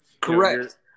Correct